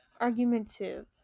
argumentative